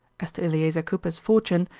as to eleazer cooper's fortune,